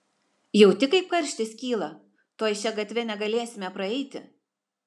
jauti kaip karštis kyla tuoj šia gatve negalėsime praeiti